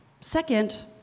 second